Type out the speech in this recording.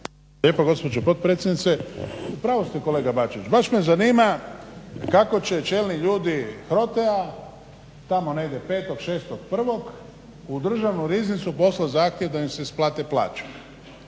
lijepa gospođo potpredsjednice. U pravu ste kolega Bačić, baš me zanima kako će čelni ljudi HROTE-a tamo negdje 5.1., 6.1. u državnu riznicu poslat zahtjev da im se isplate plaće.